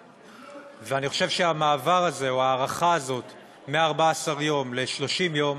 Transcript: ואני חושב שהמעבר הזה או ההארכה הזאת מ-14 יום ל-30 יום